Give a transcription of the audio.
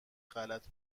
غلط